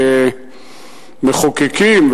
כמחוקקים,